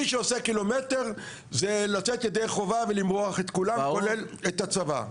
מי שעושה קילומטר זה לצאת לידי חובה ולמרוח את כולם כולל את הצבא.